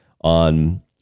on